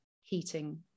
heating